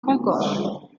concorde